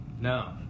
No